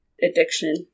addiction